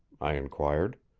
i inquired.